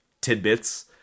tidbits